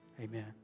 Amen